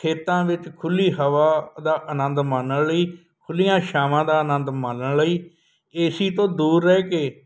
ਖੇਤਾਂ ਵਿੱਚ ਖੁੱਲ੍ਹੀ ਹਵਾ ਦਾ ਆਨੰਦ ਮਾਨਣ ਲਈ ਖੁੱਲ੍ਹੀਆਂ ਛਾਵਾਂ ਦਾ ਆਨੰਦ ਮਾਨਣ ਲਈ ਏਸੀ ਤੋਂ ਦੂਰ ਰਹਿ ਕੇ